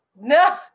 No